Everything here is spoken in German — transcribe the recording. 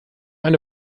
eine